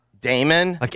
Damon